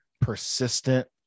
persistent